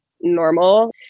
normal